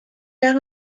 naar